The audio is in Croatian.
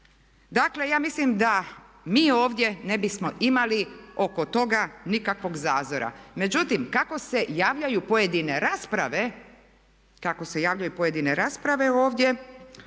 Dakle, ja mislim da mi ovdje ne bismo imali oko toga nikakvog zazora. Međutim, kako se javljaju pojedine rasprave ovdje